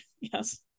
Yes